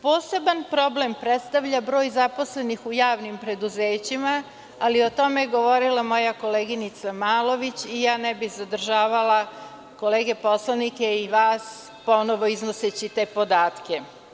Poseban problem predstavlja broj zaposlenih u javnim preduzećima, ali o tome je govorila moja koleginica Malović i ja ne bih zadržavala kolege poslanike i vas ponovo iznoseći te podatke.